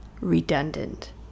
redundant